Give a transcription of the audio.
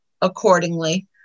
accordingly